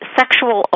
sexual